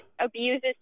abuses